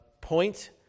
point